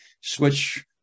switch